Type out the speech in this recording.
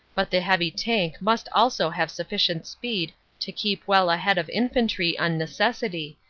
but the heavy tank must also have sufficient speed to keep well ahead of infantry on necessity,